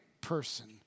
person